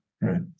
right